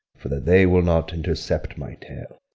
for that they will not intercept my tale.